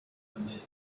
unlit